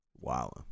Wow